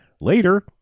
later